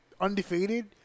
undefeated